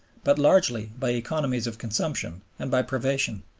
but largely by economies of consumption and by privation.